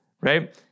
right